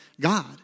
God